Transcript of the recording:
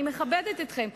אני מכבדת אתכם,